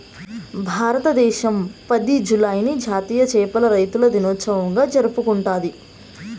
భారతదేశం పది, జూలైని జాతీయ చేపల రైతుల దినోత్సవంగా జరుపుకుంటాది